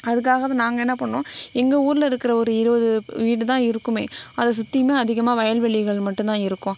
அதுக்காக வந்து நாங்கள் என்ன பண்ணோம் எங்கள் ஊரில் இருக்கிற ஒரு இருபது வீடு தான் இருக்கும் அதை சுற்றியுமே அதிகமாக வயல்வெளிகள் மட்டும்தான் இருக்கும்